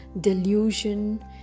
delusion